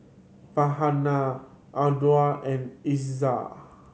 Farhanah Anuar and Izzat